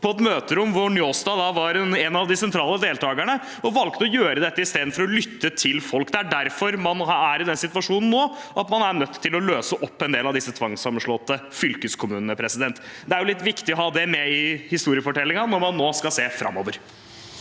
på et møterom hvor Njåstad var en av de sentrale deltagerne, og der man valgte å gjøre dette istedenfor å lytte til folk. Det er derfor man er i den situasjonen nå, at man er nødt til å løse opp en del av disse tvangssammenslåtte fylkeskommunene. Det er litt viktig å ha det med i historiefortellingen når man nå skal se framover.